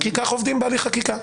כי כך עובדים בהליך חקיקה.